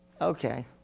Okay